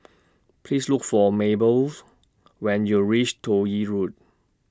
Please Look For Mabelle's when YOU REACH Toh Yi Road